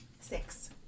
Six